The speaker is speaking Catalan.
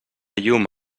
llum